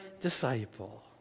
disciple